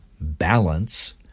balance